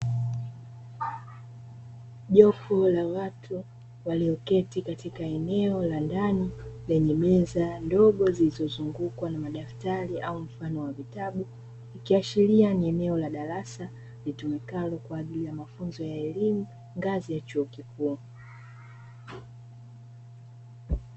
Jopo la watu walioketi katika eneo la ndani lenye meza ndogo zilizozungukwa na madaftari au mfano wa vitabu, ikiashiria ni eneo la darasa litumikalo kwa ajili ya mafunzo ya elimu ngazi ya chuo kikuu.